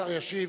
השר ישיב.